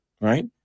Right